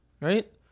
right